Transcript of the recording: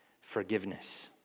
forgiveness